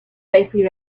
safely